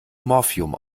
morphium